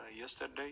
yesterday